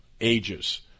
ages